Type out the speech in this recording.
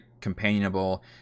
companionable